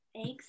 eggs